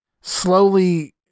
slowly